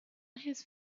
his